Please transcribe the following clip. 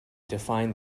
define